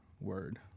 word